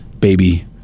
baby